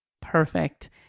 Perfect